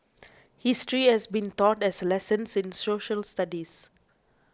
history has been taught as 'lessons' in social studies